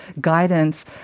guidance